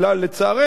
לצערנו,